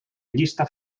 llista